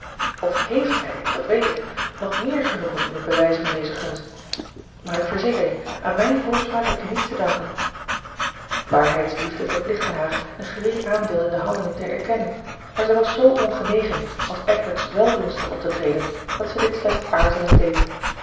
of hééft hij dat weet ik nog meer genoegen in het bewijzen van deze gunst maar ik verzeker je aan mijne voorspraak heb je niets te danken waarheidsliefde verplichtte haar een gering aandeel in de handeling te erkennen maar zij was zoo ongenegen als edward's weldoenster op te treden dat zij dit slechts aarzelend deed